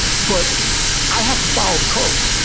but i have to follow the code.